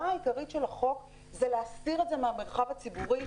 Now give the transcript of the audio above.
העיקרית של החוק היא להסתיר את זה מהמרחב הציבורי,